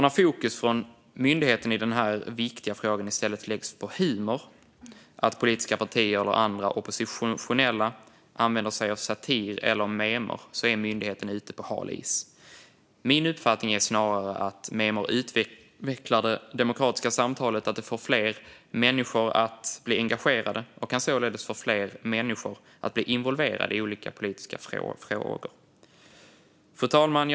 När myndighetens fokus i den här viktiga frågan i stället läggs på humor och att politiska partier eller andra oppositionella använder sig av satir eller memer är myndigheten därför ute på hal is. Min uppfattning är snarare att memer utvecklar det demokratiska samtalet. Det får fler människor att bli engagerade och kan således få fler människor att bli involverade i olika politiska frågor. Fru talman!